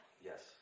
Yes